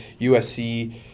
usc